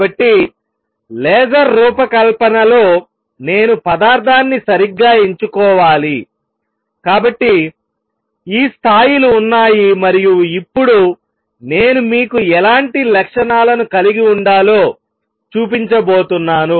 కాబట్టి లేజర్ రూపకల్పనలో నేను పదార్థాన్ని సరిగ్గా ఎంచుకోవాలి కాబట్టి ఈ స్థాయిలు ఉన్నాయి మరియు ఇప్పుడు నేను మీకు ఎలాంటి లక్షణాలను కలిగి ఉండాలో చూపించబోతున్నాను